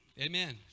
amen